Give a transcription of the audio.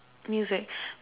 music